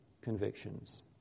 convictions